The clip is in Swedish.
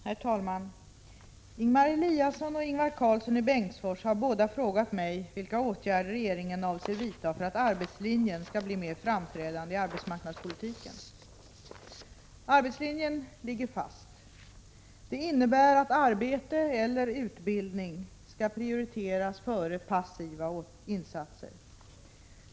Herr talman! Ingemar Eliasson och Ingvar Karlsson i Bengtsfors har båda frågat mig vilka åtgärder regeringen avser vidta för att arbetslinjen skall bli mer framträdande i arbetsmarknadspolitiken. Arbetslinjen ligger fast. Det innebär att arbete eller utbildning skall prioriteras före passiva insatser.